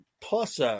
Plus